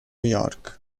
york